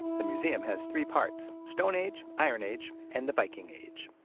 the museum has three parts stone age, iron age, and the viking age.